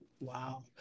Wow